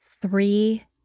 Three